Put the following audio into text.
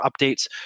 updates